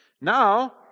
Now